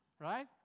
Right